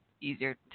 Easier